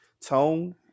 tone